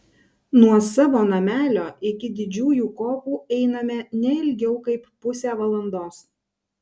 nuo savo namelio iki didžiųjų kopų einame ne ilgiau kaip pusę valandos